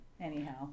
Anyhow